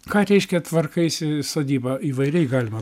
ką reiškia tvarkaisi sodybą įvairiai galima